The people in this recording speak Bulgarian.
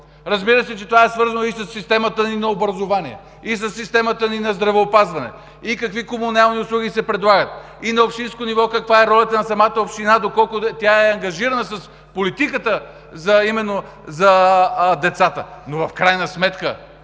разбира се, че това е свързано и със системата ни на образование, и със системата ни на здравеопазване, и какви комунални услуги се предлагат, и на общинско ниво каква е ролята на самата община – доколко тя е ангажирана с политиката именно за децата. Но в крайна сметка,